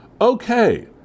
Okay